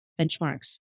benchmarks